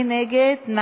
מי נגד?